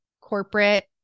corporate